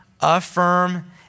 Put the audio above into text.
affirm